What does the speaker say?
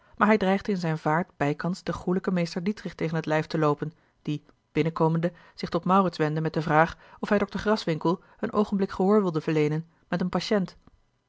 maar hij dreigde in zijn vaart bijkans den goêlijken meester dietrich tegen t lijf te loopen die binnenkomende zich tot maurits wendde met de vraag of hij dokter graswinckel een oogenblik gehoor wilde verleenen met een patiënt